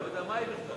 לא צריך לנאום.